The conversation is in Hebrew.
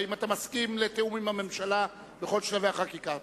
האם אתה מסכים לתיאום עם הממשלה בכל שלבי החקיקה?